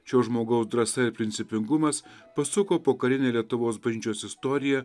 šio žmogaus drąsa ir principingumas pasuko pokarinę lietuvos bažnyčios istoriją